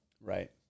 Right